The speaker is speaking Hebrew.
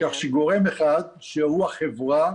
כך שגורם אחד שהוא החברה